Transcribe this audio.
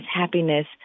happiness